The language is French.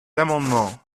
amendement